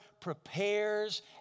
prepares